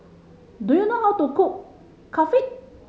do you know how to cook Kulfi